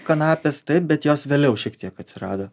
kanapės taip bet jos vėliau šiek tiek atsirado